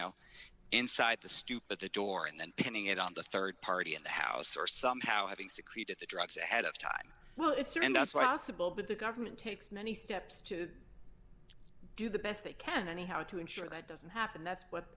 know inside the stoop at the door and then pinning it on the rd party at the house or somehow having secreted the drugs ahead of time well it's there and that's what i asked about but the government takes many steps to do the best they can anyhow to ensure that doesn't happen that's what